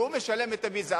כי הוא משלם את המזערי,